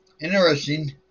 Interesting